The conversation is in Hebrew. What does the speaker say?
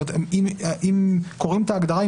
אם קוראים את ההגדרה,